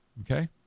Okay